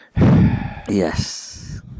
Yes